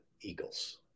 Eagles